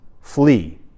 flee